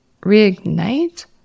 Reignite